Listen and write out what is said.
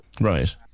Right